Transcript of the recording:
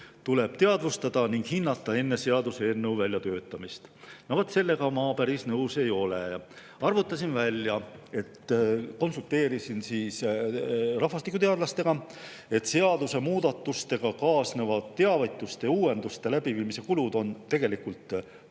tuleb teadvustada ning hinnata enne seaduseelnõu väljatöötamist." No vaat sellega ma päris nõus ei ole. Arvutasin välja, konsulteerisin rahvastikuteadlastega, et seadusemuudatustega kaasnevad teavituste ja uuenduste läbiviimise kulud on tegelikult …